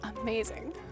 amazing